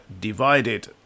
divided